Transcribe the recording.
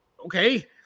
Okay